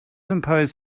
impose